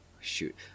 Shoot